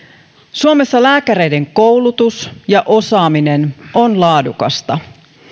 suomessa lääkäreiden koulutus ja osaaminen on laadukasta